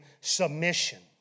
submission